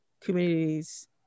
communities